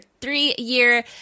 three-year